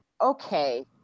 okay